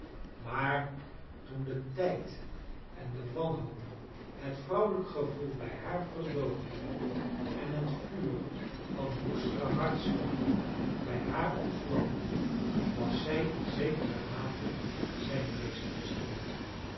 maar toen de tijd en de wanhoop het vrouwelijk gevoel bij haar verdoofden en het vuur van woestere hartstochten bij haar ontvlamde was zij in zekere mate zijne meesteres geworden